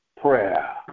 prayer